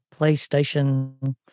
PlayStation